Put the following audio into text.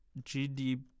GDP